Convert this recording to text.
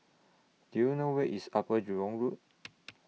Do YOU know Where IS Upper Jurong Road